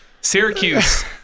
Syracuse